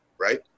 right